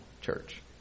church